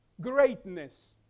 Greatness